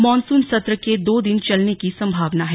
monsoon सत्र के दो दिन चलने की संभावना है